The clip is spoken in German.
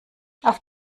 auf